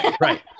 Right